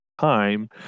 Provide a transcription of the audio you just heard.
time